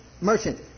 merchant